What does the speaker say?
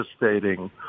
devastating